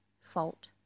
fault